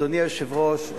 אדוני היושב-ראש,